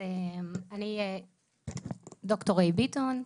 אני ד"ר ריי ביטון,